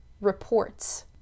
reports